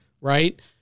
right